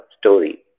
story